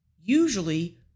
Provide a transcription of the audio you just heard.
Usually